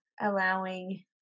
allowing